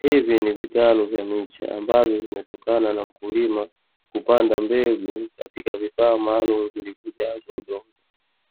Hivi ni vitalu vya miche, ambazo vimetokana na mkulima kupanda mbegu katika vifaa maalumu vilivyojazwa udongo.